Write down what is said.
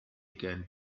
can